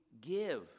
give